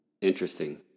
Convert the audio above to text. Interesting